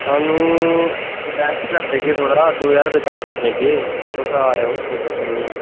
थोआनूं लैस करी देगे थोह्ड़ा दो ज्हार तक कर देगे तुस आओ कोई चक्कर निं ऐ